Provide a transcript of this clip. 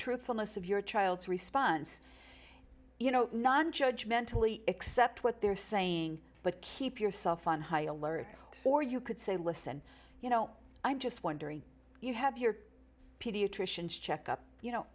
truthfulness of your child's response you know not judge mentally except what they're saying but keep yourself on high alert or you could say listen you know i'm just wondering you have your pediatrician check up you